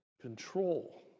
control